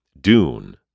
Dune